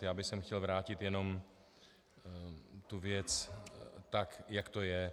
Já bych chtěl vrátit jenom tu věc tak, jak to je.